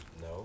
no